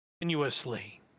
continuously